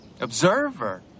Observer